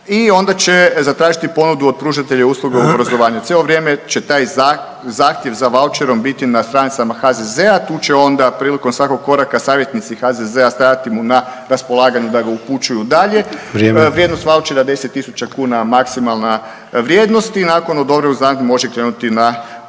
i onda će zatražiti ponudu od pružatelja usluga u obrazovanju. Cijelo vrijeme će taj zahtjev za vaučerom biti na stranicama HZZ-a tu će onda prilikom svakog koraka savjetnici HZZ-a stajati mu na raspolaganju da ga upućuju dalje. …/Upadica: Vrijeme./… Vrijednost vaučera 10.000 kuna maksimalna vrijednost i nakon odobrenog zahtjeva može krenuti na